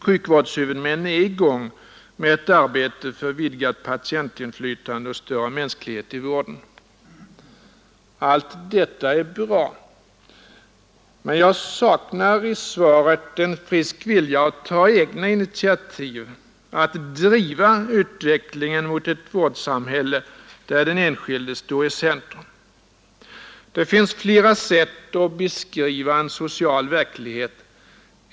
Sjukvårdshuvudmännen är i gång med ett arbete för vidgat patientinflytande och större mänsklighet i vården. Allt detta är bra. Men jag saknar i svaret en frisk vilja att ta egna initiativ, att driva utvecklingen mot ett vårdsamhälle där den enskilde står Det finns flera sätt att beskriva en social verklighet.